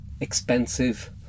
expensive